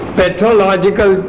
pathological